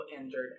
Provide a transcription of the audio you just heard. injured